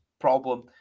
problem